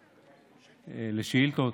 לשאילתות,